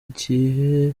ikihe